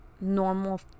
normal